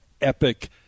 epic